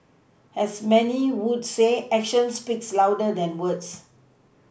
as many would say actions speak louder than words